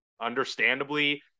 understandably